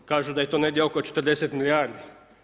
Kažu da je to negdje oko 40 milijardi.